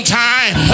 time